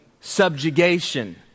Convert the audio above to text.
subjugation